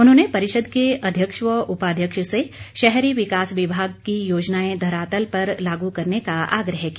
उन्होंने परिषद के अध्यक्ष व उपाध्यक्ष से शहरी विकास विभाग की योजनाएं धरातल पर लागू करने का आग्रह किया